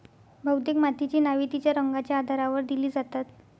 बहुतेक मातीची नावे तिच्या रंगाच्या आधारावर दिली जातात